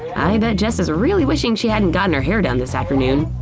i bet jess is really wishing she hadn't gotten her hair done this afternoon.